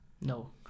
No